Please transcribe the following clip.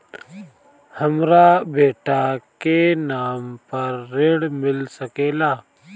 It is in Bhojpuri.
हमरा बेटा के नाम पर ऋण मिल सकेला?